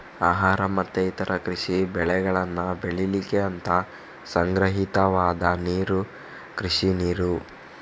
ಆಹಾರ ಮತ್ತೆ ಇತರ ಕೃಷಿ ಬೆಳೆಗಳನ್ನ ಬೆಳೀಲಿಕ್ಕೆ ಅಂತ ಸಂಗ್ರಹಿತವಾದ ನೀರು ಕೃಷಿ ನೀರು